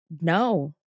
no